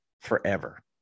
forever